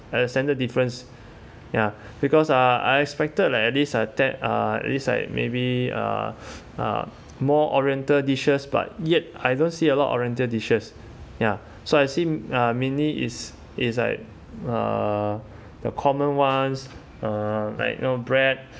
at the standard difference ya because uh I expected like at least uh that uh at least like maybe uh uh more oriental dishes but yet I don't see a lot oriental dishes ya so I see uh mainly is is like uh the common ones uh like you know bread